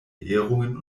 ehrungen